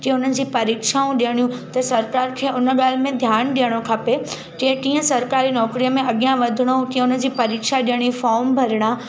कीअं उन्हनि जी परीक्षाऊं ॾेअड़ियूं त सरकार खे उन ॻाल्हि में ध्यानु ॾेयणो खपे जीअं कीअं सरकारी नौकिरीअ में अॻियां वधिणो कीअं हुनजी परीक्षा ॾेयणी फॉर्म भरिणा